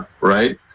right